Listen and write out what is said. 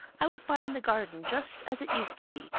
i would find the garden just as it used to be,